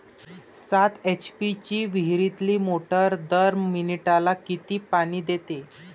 सात एच.पी ची विहिरीतली मोटार दर मिनटाले किती पानी देते?